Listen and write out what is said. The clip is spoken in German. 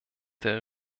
der